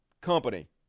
Company